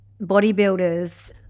bodybuilders